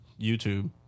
YouTube